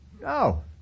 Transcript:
No